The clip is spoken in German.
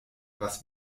was